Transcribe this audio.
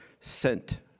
sent